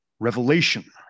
Revelation